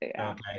okay